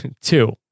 Two